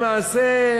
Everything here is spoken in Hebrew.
תודה.